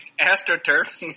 Astro-turf